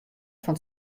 fan